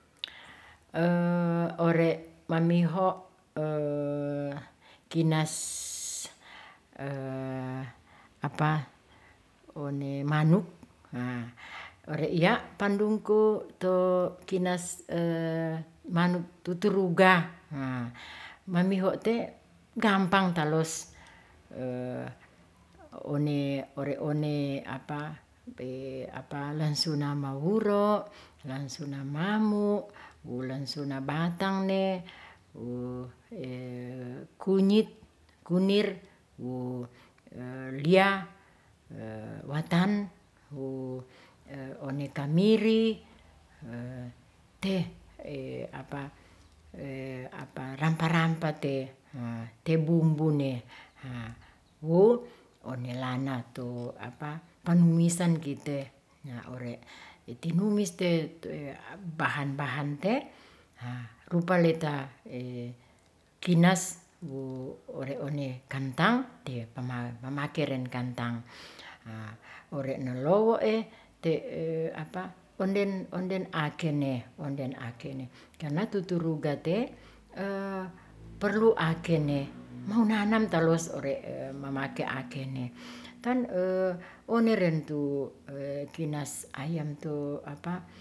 Ore' mamiho kinas one manuk ore' iya' pandungko to kinas manuk tuturuga. mamiho te gampang talos one, ore' one langsuna mawuro langsuna mamu, langsuna batangne, kunyit, kunir, wo lia, watan, wo one kamiri, te rampa-rampa te, te bumbu ne. wo one lana tu pangmimisan kite na ore' tinumis te bahan-bahan te. rupaleta kinas ore' one kantang te mamake ren kantang. ore'no lowo'e te onden aken ne. karna tuturuga te perlu akene, maunanam taluas ore' mamake akene ton one ren tu kinas ayam tu.